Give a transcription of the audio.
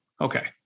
Okay